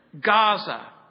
Gaza